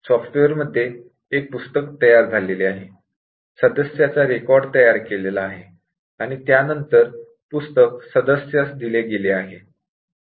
software मध्ये एक पुस्तक तयार झालेले आहे सदस्यचा रेकॉर्ड तयार केलेला आहे आणि त्यानंतर पुस्तक सदस्यास दिले गेले आहे